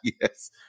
Yes